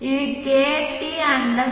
இது kt India